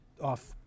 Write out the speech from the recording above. Off